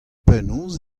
penaos